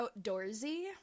outdoorsy